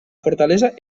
fortalesa